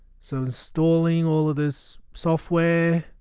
so installing all of this software